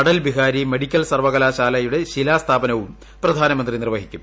Atal Bihari medical സർവ്വകലാശാലയുടെ ശിലാസ്ഥാപനവും പ്രധാനമന്ത്രി നിർവ്വഹിക്കും